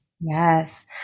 Yes